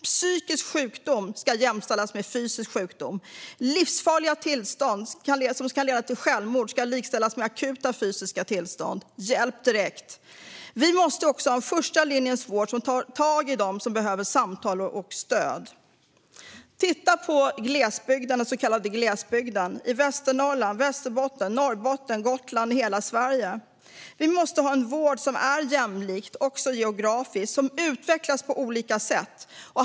Psykisk sjukdom ska jämställas med fysisk sjukdom. Livsfarliga tillstånd som kan leda till självmord ska likställas med akuta fysiska tillstånd med hjälp direkt. Vi måste också ha en första linjens vård som tar tag i dem som behöver samtal och stöd. Titta på glesbygden i Västernorrland, Västerbotten, Norrbotten, Gotland och i hela Sverige! Vi måste ha en vård som är jämlik, också geografiskt, som utvecklas på olika sätt.